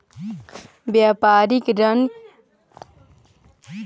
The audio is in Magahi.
व्यापारिक ऋण के अंतर्गत सिंडिकेट लोन भी प्रदान कैल जा हई